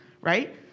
right